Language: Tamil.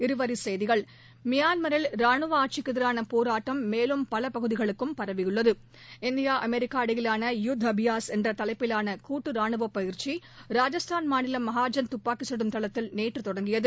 இருவரிச் செய்திகள் மியான்மரில் ராணுவ ஆட்சிக்கு எதிரான போராட்டம் மேலும் பல பகுதிகளுக்கும் பரவியுள்ளது இந்தியா அமெரிக்கா இடையிலான யுத் அபியாஸ் என்ற தலைப்பிலான கூட்டு ரானுவப் பயிற்சி ராஜஸ்தான் மாநிலம் மகாஜன் தப்பாக்கிச்சுடும் தளத்தில் நேற்று தொடங்கியது